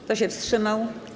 Kto się wstrzymał?